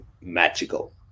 magical